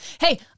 Hey